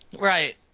Right